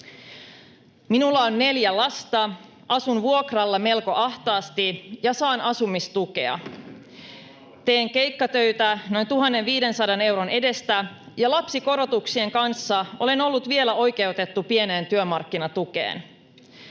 "Minulla on neljä lasta, asun vuokralla melko ahtaasti ja saan asumistukea. [Keskeltä: Tervetuloa maalle!] Teen keikkatöitä noin 1 500 euron edestä ja lapsikorotuksien kanssa olen ollut vielä oikeutettu pieneen työmarkkinatukeen.